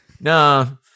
No